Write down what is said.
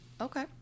okay